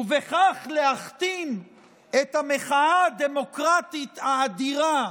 ובכך להכתים את המחאה הדמוקרטית האדירה,